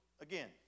again